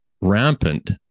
rampant